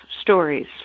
stories